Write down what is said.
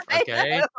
Okay